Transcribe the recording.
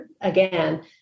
again